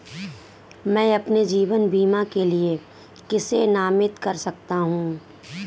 मैं अपने जीवन बीमा के लिए किसे नामित कर सकता हूं?